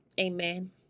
Amen